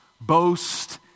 boast